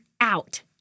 out